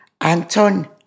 Anton